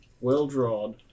Well-drawn